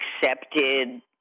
accepted